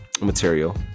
material